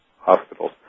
hospitals